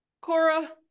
Cora